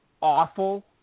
Awful